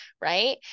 right